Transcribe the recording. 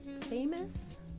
famous